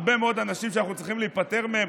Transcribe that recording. הרבה מאוד אנשים שאנחנו צריכים להיפטר מהם.